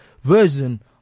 version